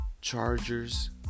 Chargers